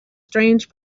strange